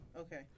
Okay